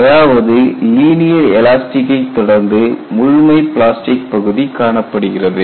அதாவது லீனியர் எலாஸ்டிக்கை தொடர்ந்து முழுமை பிளாஸ்டிக் பகுதி காணப்படுகிறது